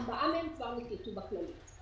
ארבעה מהם כבר נקלטו בכללית.